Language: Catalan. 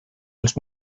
els